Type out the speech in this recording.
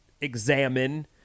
examine